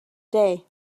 day